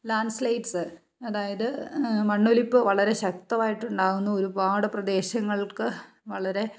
land slide അതായത് മണ്ണൊലിപ്പ് വളരെ ശക്തമായിട്ടുണ്ടാകുന്നു ഒരുപാട് പ്രദേശങ്ങൾക്ക് വളരെ